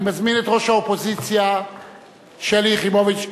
אני מזמין את ראש האופוזיציה שלי יחימוביץ.